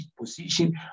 position